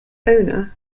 owner